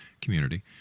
community